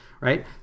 Right